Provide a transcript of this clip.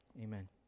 amen